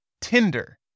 tinder